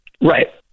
Right